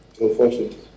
unfortunately